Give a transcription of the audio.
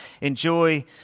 enjoy